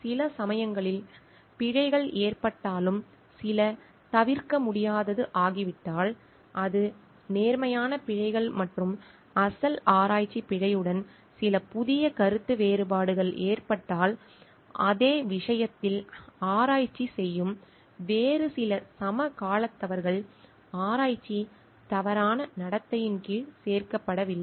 சில சமயங்களில் பிழைகள் ஏற்பட்டாலும் சில தவிர்க்க முடியாததாகி விட்டால் அது நேர்மையான பிழைகள் மற்றும் அசல் ஆராய்ச்சி பிழையுடன் சில புதிய கருத்து வேறுபாடுகள் ஏற்பட்டால் அதே விஷயத்தில் ஆராய்ச்சி செய்யும் வேறு சில சமகாலத்தவர்கள் ஆராய்ச்சி தவறான நடத்தையின் கீழ் சேர்க்கப்படவில்லை